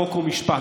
חוק ומשפט?